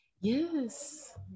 Yes